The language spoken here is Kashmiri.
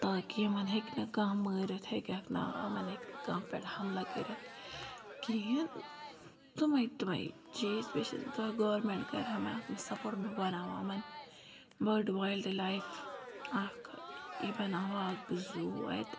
تاکہِ یِمَن ہیٚکہِ نہٕ کانٛہہ مٲرِتھ ہیٚکیٚکھ نہٕ یِمَن ہیٚکہِ نہٕ کانٛہہ پٮ۪ٹھ حملہٕ کٔرِتھ کِہیٖنۍ تُمَے تُمَے چیٖز بیٚیہِ چھَس بہٕ دپان گورمنٹ کَرِ ہا مےٚ اَتھ منٛز سَپورٹ بہٕ بَناو ہہ یِمَن بٔڑ وایلڈٕ لایف اَکھ یہِ بَناوان اَکھ بہٕ زوٗ اَتہِ